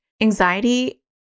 Anxiety